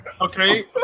Okay